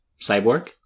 cyborg